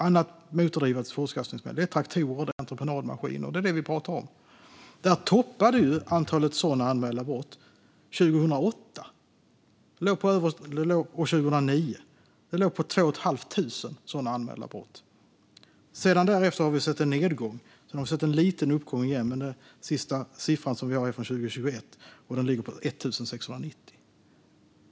Annat motordrivet fortskaffningsmedel är alltså sådana fordon som traktorer och entreprenadmaskiner, alltså det som vi pratar om. Antalet anmälda sådana brott toppade 2008-2009 och låg på ungefär 2 500. Därefter har vi sett en nedgång och sedan en liten uppgång igen, men den sista siffran som vi har är från 2021, och den ligger på 1 690.